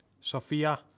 Sofia